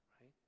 Right